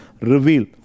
revealed